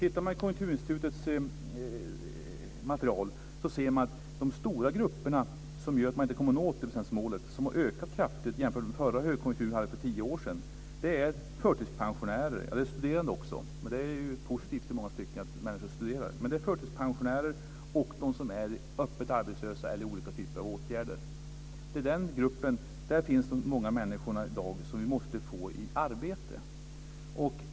I Konjunkturinstitutets material ser vi att de stora grupper som gör att man inte kommer att nå 80 procentsmålet och som har ökat kraftigt sedan förra högkonjunktur för tio år sedan är förtidspensionärer och studerande - det är positivt i många stycken att människor studerar - öppet arbetslösa och de som är i olika typer av åtgärder. Där finns de många människor i dag som vi måste få i arbete.